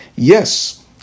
Yes